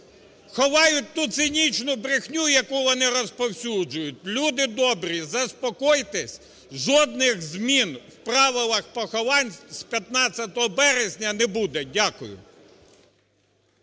Ховають ту цинічну брехню, яку вони розповсюджують. Люди добрі, заспокойтесь. Жодних змін в правилах поховань з 15 березня не буде. Дякую.